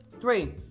three